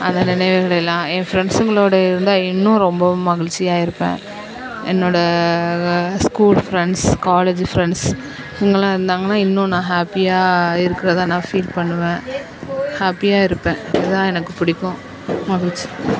அந்த நினைவுகளேலெலாம் என் ஃப்ரெண்ட்ஸுங்களோடு இருந்தால் இன்னும் ரொம்ப மகிழ்ச்சியாக இருப்பேன் என்னோடய ஸ்கூல் ஃப்ரெண்ட்ஸ் காலேஜ்ஜு ஃப்ரெண்ட்ஸ் இவங்கள்லாம் இருந்தாங்கனால் இன்னும் நான் ஹேப்பியாக இருக்கிறதா நான் ஃபீல் பண்ணுவேன் ஹேப்பியாக இருப்பேன் இதுதான் எனக்கு பிடிக்கும் மகிழ்ச்சி